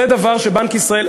זה דבר שבנק ישראל,